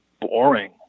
boring